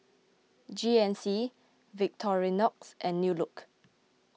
G N C Victorinox and New Look